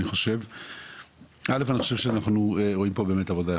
אני חושב שאנחנו רואים פה באמת עבודה יפה.